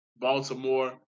Baltimore